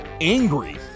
angry